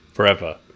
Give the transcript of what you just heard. forever